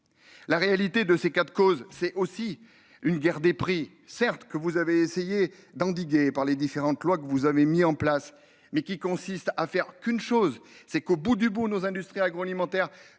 La réalité de ces quatre causes, c'est aussi une guerre des prix certes que vous avez essayer d'endiguer par les différentes lois que vous avez mis en place mais qui consiste à faire qu'une chose, c'est qu'au bout du bout, nos industries agroalimentaires